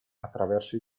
attraverso